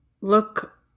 look